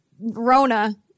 Rona